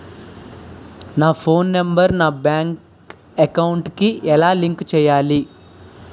నా phone number నా bank account కి ఎలా లింక్ చేయాలి?